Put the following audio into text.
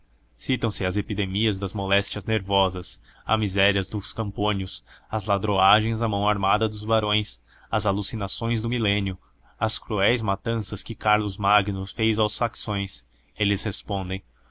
citam se as epidemias de moléstias nervosas a miséria dos campônios as ladroagens à mão armada dos barões as alucinações do milênio as cruéis matanças que carlos magno fez aos saxões eles respondem